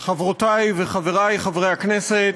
תודה לך, חברי וחברותי חברי הכנסת,